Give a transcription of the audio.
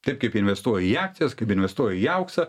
taip kaip investuoja į akcijas kaip investuoja į auksą